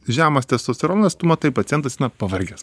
žemas testosteronas tu matai pacientas pavargęs